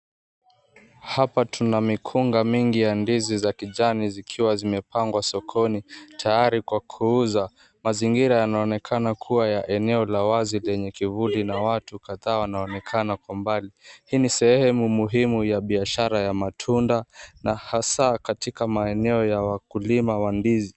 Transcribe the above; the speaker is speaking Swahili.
Hapa tuna mikonga mingi ya ndizi za kijani zikiwa zimepangwa sokoni tayari kwa kuuza. Mazingira yanaonekana kuwa ya eneo la wazi lenye kivuli na watu kadhaa wanaonekana kwa mbali. Hii ni sehemu muhimu ya biashara ya matunda na hasa katika maeneo ya wakulima wa ndizi.